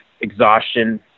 exhaustion